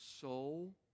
soul